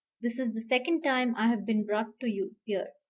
this is the second time i have been brought to you here.